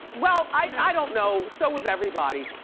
well, i don't know, so was everybody.